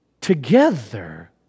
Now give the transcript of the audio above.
together